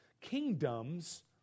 kingdoms